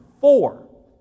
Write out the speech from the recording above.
four